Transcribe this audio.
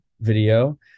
video